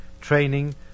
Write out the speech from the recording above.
training